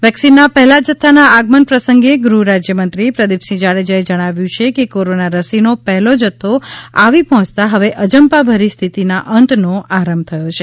વેક્સિનના પહેલા જથ્થાના આગમન પ્રસંગે ગૃહ રાજ્યમંત્રી પ્રદીપસિંહ જાડેજાએ જણાવ્યુ છે કે કોરોના રસીનો પહેલો જથ્થો આવી પહોંચતા હવે અજંપાભરી સ્થિતિના અંતનો આરંભ થયો છે